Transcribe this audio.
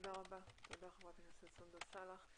תודה רבה, חברת הכנסת סונדוס סאלח.